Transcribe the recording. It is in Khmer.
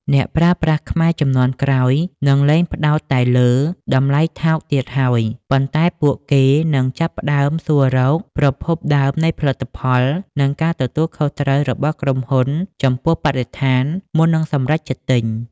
អ្នកប្រើប្រាស់ខ្មែរជំនាន់ក្រោយនឹងលែងផ្ដោតតែលើ "តម្លៃថោក" ទៀតហើយ ប៉ុន្តែពួកគេនឹងចាប់ផ្ដើមសួររក "ប្រភពដើមនៃផលិតផល" និងការទទួលខុសត្រូវរបស់ក្រុមហ៊ុនចំពោះបរិស្ថាន មុននឹងសម្រេចចិត្តទិញ។